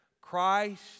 Christ